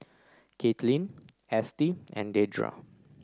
Caitlyn Estie and Dedra